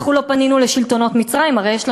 אנחנו לא פנינו לשלטונות מצרים,